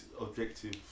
objective